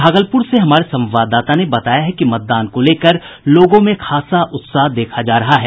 भागलपुर से हमारे संवाददाता ने बताया है कि मतदान को लेकर लोगों में खासा उत्साह देखा जा रहा है